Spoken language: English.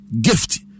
gift